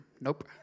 nope